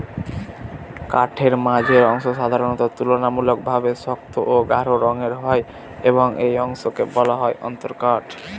কাঠের মাঝের অংশ সাধারণত তুলনামূলকভাবে শক্ত ও গাঢ় রঙের হয় এবং এই অংশকে বলা হয় অন্তরকাঠ